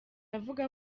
avuga